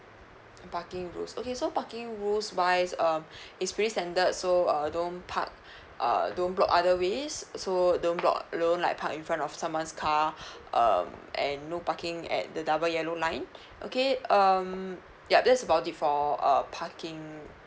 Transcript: parking rules okay so parking rules wise um it's pretty standard so uh don't park err don't block other ways so don't block don't like park in front of someone's car um and no parking at the double yellow line okay um ya that's about it for uh parking